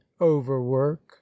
overwork